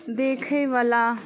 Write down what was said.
देखैवला